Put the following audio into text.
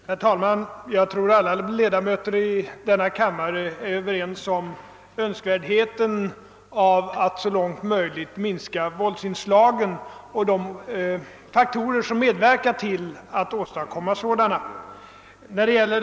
Herr talman! Jag tror att alla ledamöter i denna kammare är överens om önskvärdheten av att så långt möjligt minska våldsinslagen och de faktorer som medverkar till att åstadkomma våldshandlingar.